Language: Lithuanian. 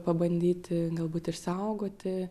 pabandyti galbūt išsaugoti